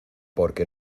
porque